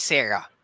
Sarah